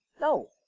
No